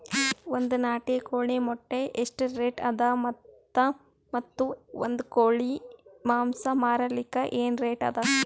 ಒಂದ್ ನಾಟಿ ಕೋಳಿ ಮೊಟ್ಟೆ ಎಷ್ಟ ರೇಟ್ ಅದ ಮತ್ತು ಒಂದ್ ಕೋಳಿ ಮಾಂಸ ಮಾರಲಿಕ ಏನ ರೇಟ್ ಅದ?